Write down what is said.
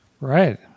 Right